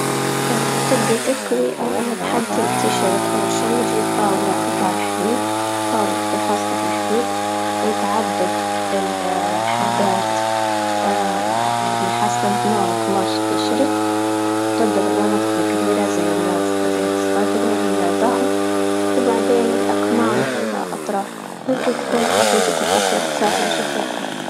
تبي تكوي أو تحدي التي شيرت أول شي جيب طاولة متاع حديد طاولة تكون خاصة بالحديد، وتعدل ال- الحداد على حسب نوع قماش التي شيرت، وتبدا بالمناطق الكبيرة زي ال- جهة الصدر والضهر، وبعدين الأكمام والأطراف، وهيكي بتكون حددت التي شيرت ساهلة جدا يعني.